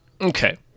Okay